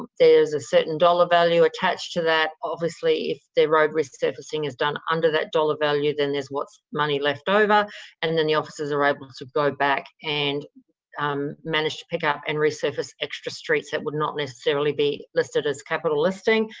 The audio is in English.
there is a certain dollar value attached to that. obviously, if the road resurfacing is done under that dollar value then there's what money left over and then the officers are able to go back and um manage to pick up and resurface extra streets that would not necessarily be listed as capital listing.